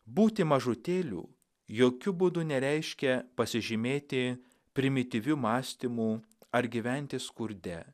būti mažutėliu jokiu būdu nereiškia pasižymėti primityviu mąstymu ar gyventi skurde